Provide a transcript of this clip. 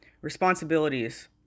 responsibilities